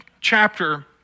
chapter